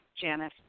Janice